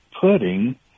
putting